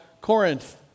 Corinth